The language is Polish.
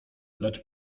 lecz